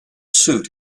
suit